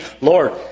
Lord